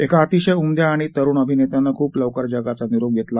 एका अतिशय उमद्या आणि तरूण अभिनेत्याने खूप लवकर जगाचा निरोप घेतला